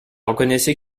reconnaissez